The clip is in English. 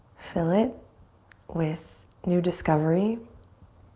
fill it with new discovery.